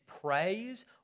praise